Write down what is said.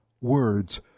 words